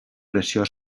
pressió